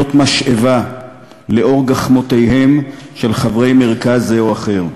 משאבה לאור גחמותיהם של חברי מרכז זה או אחר.